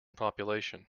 population